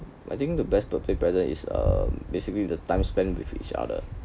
but I think the best birthday present is uh basically the time spend with each other